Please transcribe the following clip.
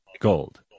gold